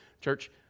Church